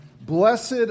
Blessed